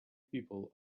people